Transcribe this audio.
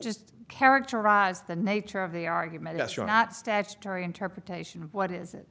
just characterize the nature of the argument yes you're not statutory interpretation of what is it